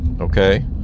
okay